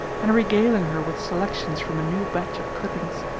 and regaling her with selections from a new batch of clippings.